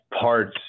parts